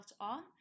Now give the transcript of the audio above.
on